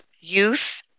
youth